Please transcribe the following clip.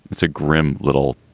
it's a grim little